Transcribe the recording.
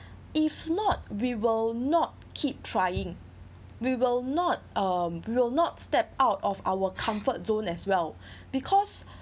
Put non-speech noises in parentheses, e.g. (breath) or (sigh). (breath) if not we will not keep trying we will not um we'll not step out of our comfort zone as well (breath) because